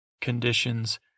Conditions